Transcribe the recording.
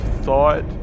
thought